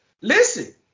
Listen